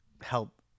help